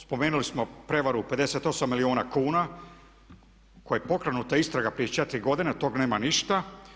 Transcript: Spomenuli smo prevaru 58 milijuna kuna koje je pokrenuta istraga prije 4 godine, od tog nema ništa.